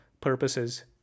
purposes